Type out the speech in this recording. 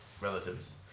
relatives